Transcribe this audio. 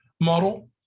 model